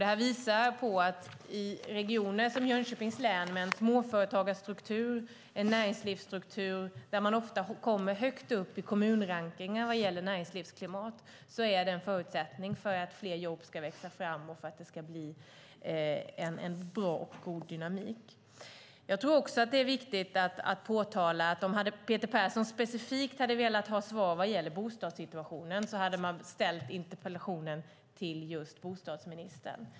Detta visar att i en region som Jönköpings län med en småföretagarstruktur och en näringslivsstruktur där man ofta hamnar högt upp i kommunrankningen när det gäller näringslivsklimatet är det här en förutsättning för att fler jobb ska växa fram och för att det ska bli en god dynamik. Jag tror att det är viktigt att framhålla att hade Peter Persson specifikt velat ha svar om bostadssituationen skulle han ha ställt interpellationen till bostadsministern.